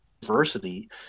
Diversity